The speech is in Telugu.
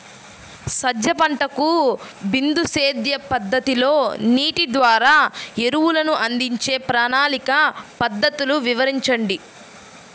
సజ్జ పంటకు బిందు సేద్య పద్ధతిలో నీటి ద్వారా ఎరువులను అందించే ప్రణాళిక పద్ధతులు వివరించండి?